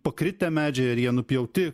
pakritę medžiai ar jie nupjauti